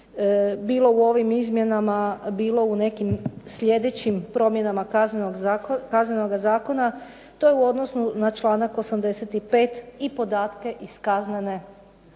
bilo u ovim izmjenama, bilo u sljedećim promjenama Kaznenog zakona. To je u odnosu na članak 85. i podatke iz kaznene